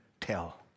tell